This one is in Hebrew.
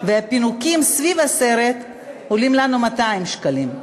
והפינוקים סביב הסרט עולים לנו 200 שקלים.